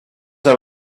are